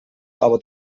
aber